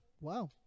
Wow